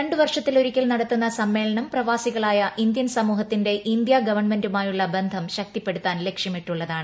രണ്ടുവർഷത്തിലൊരിക്കൽ നടത്തുന്ന സമ്മേളനം പ്രവാസികളായ ഇന്ത്യൻ സമൂഹത്തിന്റെ ഇന്ത്യാ ഗവൺമെൻുമായുളള ബന്ധം ശക്തിപ്പെടുത്താൻ ലക്ഷ്യമിട്ടുള്ളതാണ്